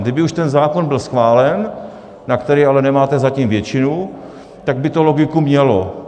Kdyby už ten zákon byl schválen, na který ale nemáte zatím většinu, tak by to logiku mělo.